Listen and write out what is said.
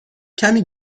کمی